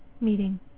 meeting